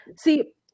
See